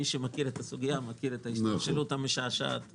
מי שמכיר את הסוגיה מכיר את ההשתלשלות המשעשעת,